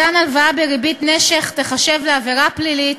מתן הלוואה בריבית נשך ייחשב עבירה פלילית,